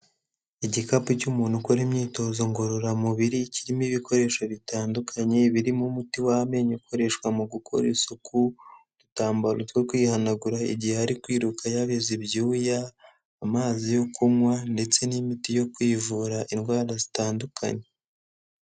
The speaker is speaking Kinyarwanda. Igikapu cy'umuntu ukora imyitozo ngororamubiri, kirimo ibikoresho bitandukanye, birimo umuti w'amenyo ukoreshwa mu gukora isuku, udutambaro two kwihanagura igihe ari kwiruka yabize ibyuya, amazi yo kunywa, ndetse n'imiti yo kwivura indwara zitandukanye.